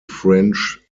french